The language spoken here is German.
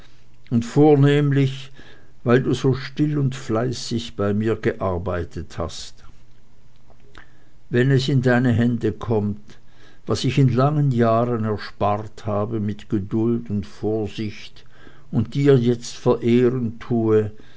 und vornehmlich weil du so still und fleißig bei mir gearbeitet hast wenn es in deine hände kommt was ich in langen jahren erspart habe mit geduld und vorsicht und dir jetzt verehren tue